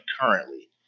currently